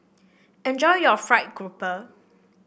enjoy your fried grouper